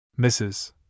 Mrs